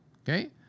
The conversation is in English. okay